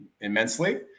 immensely